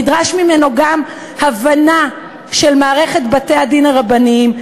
נדרשת ממנו גם הבנה של מערכת בתי-הדין הרבניים,